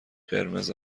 قرمز